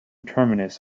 terminus